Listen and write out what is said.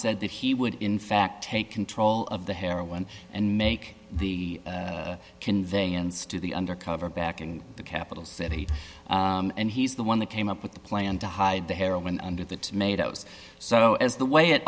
said that he would in fact take control of the heroin and make the conveyance to the under cover back in the capital city and he's the one that came up with the plan to hide the heroin under the tomatoes so as the way it